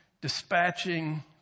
dispatching